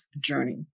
journey